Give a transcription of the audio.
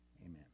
amen